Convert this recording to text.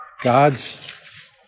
God's